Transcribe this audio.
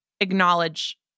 acknowledge